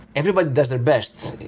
everybody does their best.